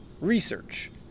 research